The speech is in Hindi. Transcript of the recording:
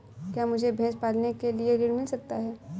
क्या मुझे भैंस पालने के लिए ऋण मिल सकता है?